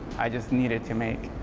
i just needed to make.